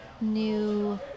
new